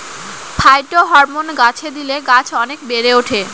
phytohormone গাছে দিলে গাছ অনেক বেড়ে ওঠে